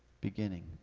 beginning